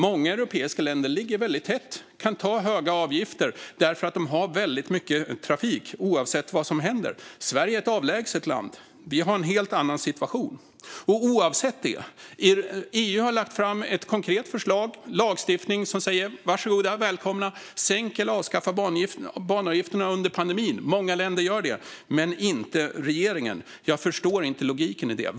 Många europeiska länder ligger väldigt tätt och kan ta höga avgifter därför att de har mycket trafik oavsett vad som händer. Sverige är ett avlägset land, så vi har en helt annan situation. Oavsett detta har EU lagt fram ett konkret förslag. Det är lagstiftning som säger: Var så goda och sänk eller avskaffa banavgifterna under pandemin! I många länder gör man det, men Sveriges regering gör inte det. Jag förstår inte logiken.